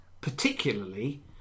particularly